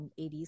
80s